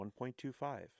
1.25